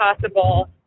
possible